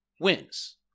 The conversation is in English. wins